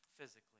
physically